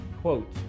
quote